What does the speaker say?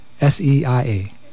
SEIA